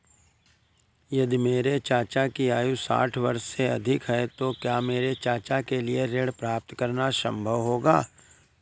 यदि मेरे चाचा की आयु साठ वर्ष से अधिक है तो क्या मेरे चाचा के लिए ऋण प्राप्त करना संभव होगा?